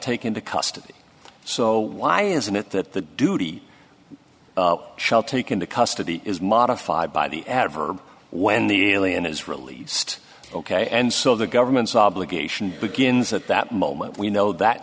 take into custody so why isn't it that the duty shall take into custody is modified by the adverb when the ilian is released ok and so the government's obligation begins at that moment we know that